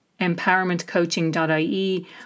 empowermentcoaching.ie